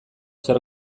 zer